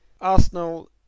Arsenal